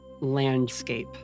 landscape